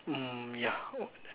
mm ya